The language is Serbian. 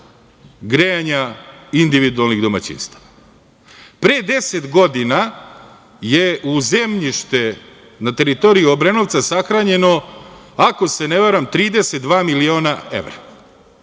grejanja individualnih domaćinstava. Pre deset godina je u zemljište na teritoriji Obrenovca sahranjeno, ako se ne varam, 32 miliona evra.